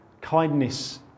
kindness